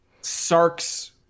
Sark's